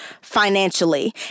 financially